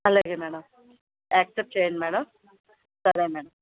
అలాగే madam accept చేయండి madam సరే మేడం